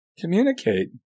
communicate